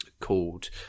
called